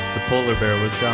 the polar bear was